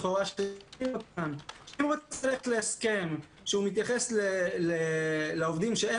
אם רוצים ללכת להסכם שהוא מתייחס לעובדים שאין